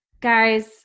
guys